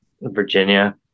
Virginia